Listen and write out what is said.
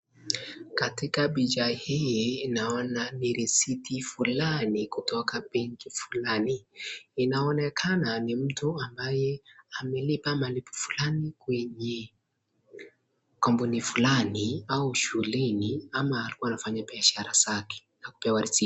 Katika picha hii naona ni risiti fulani kutoka benki fulani, inaonekana nii mtu ambaye amelipa malipo fulani kwenye, kampuni fulani au shuleni ama wanafanyi biashara zake na kupewa risiti.